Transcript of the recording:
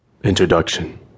Introduction